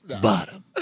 Bottom